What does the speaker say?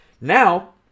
Now